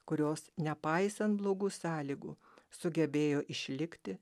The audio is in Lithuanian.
kurios nepaisant blogų sąlygų sugebėjo išlikti